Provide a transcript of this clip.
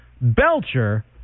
Belcher